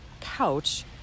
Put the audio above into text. couch